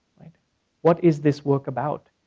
what is this work about?